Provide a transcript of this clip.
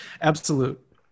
Absolute